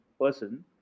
person